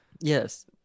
Yes